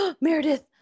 Meredith